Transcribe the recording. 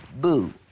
Boo